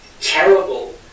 terrible